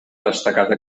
destacada